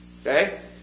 Okay